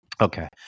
Okay